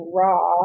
raw